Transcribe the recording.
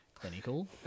clinical